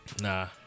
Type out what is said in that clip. nah